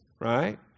right